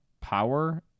power